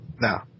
No